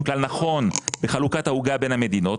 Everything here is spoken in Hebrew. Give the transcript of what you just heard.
הוא כלל נכון בחלוקת העוגה בין המדינות,